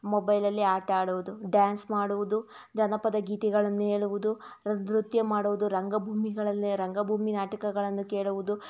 ಮೊಬೈಲಲ್ಲೇ ಆಟ ಆಡುವುದು ಡ್ಯಾನ್ಸ್ ಮಾಡುವುದು ಜನಪದ ಗೀತೆಗಳನ್ನು ಹೇಳುವುದು ನೃತ್ಯ ನೃತ್ಯ ಮಾಡುವುದು ರಂಗಭೂಮಿಗಳಲ್ಲಿ ರಂಗಭೂಮಿ ನಾಟಕಗಳನ್ನು ಕೇಳುವುದು